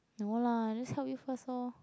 no lah I just help you first lor